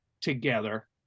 together